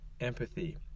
empathy